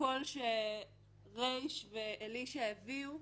לקול שר' ואלישע הביאו,